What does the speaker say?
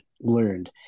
learned